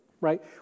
right